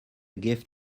gift